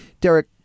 derek